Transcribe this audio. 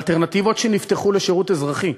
האלטרנטיבות שנפתחו לשירות אזרחי,